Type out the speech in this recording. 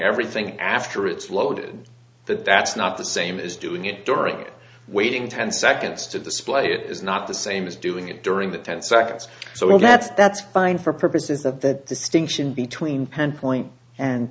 everything after it's loaded but that's not the same as doing it during waiting ten seconds to display it is not the same as doing it during the ten seconds so that's that's fine for purposes of the distinction between